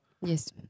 Yes